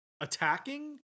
attacking